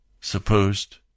supposed